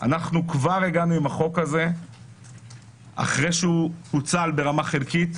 כבר הגענו עם החוק הזה אחרי שהוא פוצל ברמה חלקית,